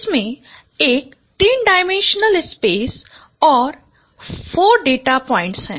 इसमें एक 3 dimensional space और 4 डेटा पॉइंट्स हैं